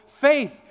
faith